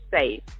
safe